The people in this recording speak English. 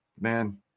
man